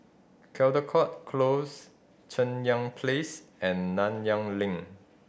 Caldecott Close Cheng Yan Place and Nanyang Link